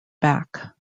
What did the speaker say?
back